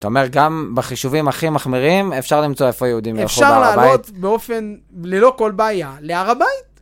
אתה אומר גם בחישובים הכי מחמירים אפשר למצוא איפה יהודים ילכו להר הבית אפשר לעלות באופן.. ללא כל בעיה, להר הבית.